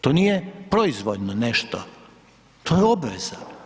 To nije proizvoljno nešto, to je obveza.